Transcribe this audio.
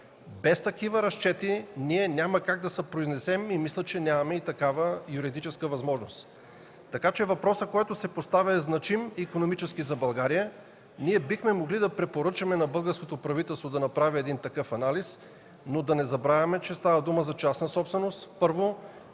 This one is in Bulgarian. Без такива разчети няма как да се произнесем, а мисля, че нямаме и такава юридическа възможност. Въпросът, който се поставя, е икономически значим за България. Бихме могли да препоръчаме на българското правителство да направи такъв анализ, но да не забравяме, че първо, става въпрос за частна собственост. Второ,